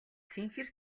цэнхэр